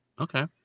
Okay